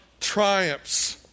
triumphs